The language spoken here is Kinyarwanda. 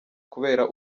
kubera